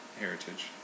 heritage